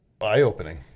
eye-opening